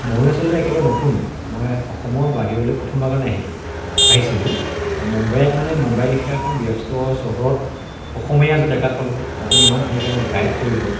ময়ো আচলতে একেবাৰে নতুন মই অসমৰ বাহিৰলৈ প্ৰথমবাৰৰ কাৰণে আহিলোঁ আহিছিলোঁ আৰু মুম্বাইত মানে মুম্বাইলেখীয়া এখন ব্যস্ত চহৰত অসমীয়া এজন ডেকাক পালোঁ আপুনি ইমান ধুনীয়াকৈ মোক গাইড কৰিলে